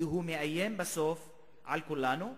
כי הוא מאיים בסוף על כולנו.